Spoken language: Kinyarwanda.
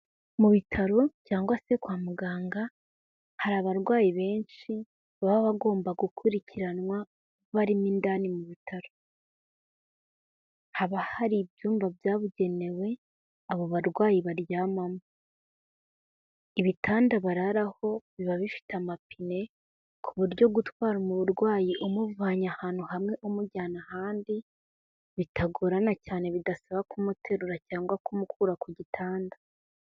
Mu bitaro cyangwa se kwa muganga hari abarwayi benshi baba bagomba gukurikiranwa barimo indani mu bitaro, haba hari ibyumba byabugenewe abo barwayi baryamamo, ibitanda bararaho biba bifite amapine ku buryo gutwara umurwayi umuvanye ahantu hamwe umujyana ahandi bitagorana cyane, bidasaba kumuterura cyangwa kumukura ku gitanda.